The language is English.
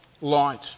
light